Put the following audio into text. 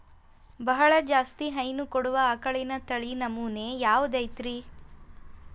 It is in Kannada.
ಬಹಳ ಜಾಸ್ತಿ ಹೈನು ಕೊಡುವ ಆಕಳಿನ ತಳಿ ನಮೂನೆ ಯಾವ್ದ ಐತ್ರಿ?